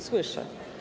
Słyszę.